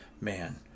Man